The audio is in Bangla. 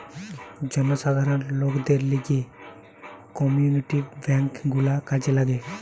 জনসাধারণ লোকদের লিগে কমিউনিটি বেঙ্ক গুলা কাজে লাগে